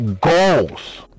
goals